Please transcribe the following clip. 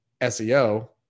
SEO